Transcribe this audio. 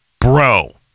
bro